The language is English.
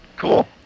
Cool